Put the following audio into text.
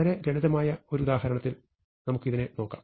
വളരെ ലളിതമായ ഒരു ഉദാഹരണത്തിൽ നമുക്ക് ഇതിനെ നോക്കാം